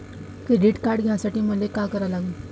Credit card घ्यासाठी मले का करा लागन?